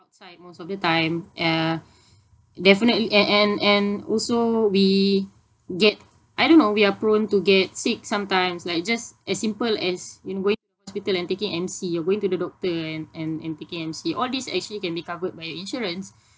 inside most of the time uh defini~ a~ and and also we get I don't know we are prone to get sick sometimes like just as simple as you know going to hospital and taking M_C or going to the doctor and and and taking M_C all these actually can be covered by your insurance